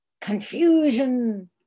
confusion